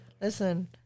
listen